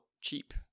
cheap